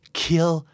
kill